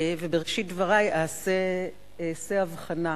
בראשית דברי אעשה הבחנה